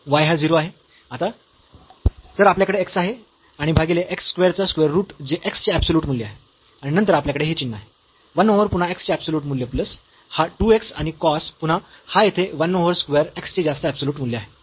y हा 0 आहे आता तर आपल्याकडे x आहे आणि भागीले x स्क्वेअर चा स्क्वेअर रूट जे x चे ऍबसोल्युट मूल्य आहे आणि नंतर आपल्याकडे हे चिन्ह आहे 1 ओव्हर पुन्हा x चे ऍबसोल्युट मूल्य प्लस हा 2 x आणि cos पुन्हा हा येथे 1 ओव्हर स्क्वेअर x चे जास्त ऍबसोल्युट मूल्य आहे